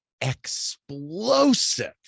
explosive